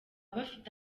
bafite